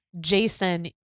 jason